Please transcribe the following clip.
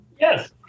Yes